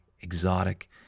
exotic